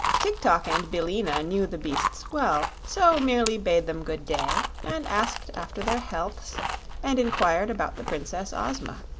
tik-tok and billina knew the beasts well, so merely bade them good day and asked after their healths and inquired about the princess ozma.